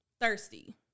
thirsty